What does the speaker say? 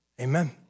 amen